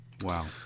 Wow